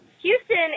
Houston